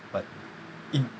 but it